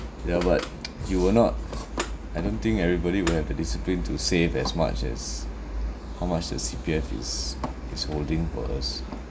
ya but you will not I don't think everybody will have the discipline to save as much as how much the C_P_F is is holding for us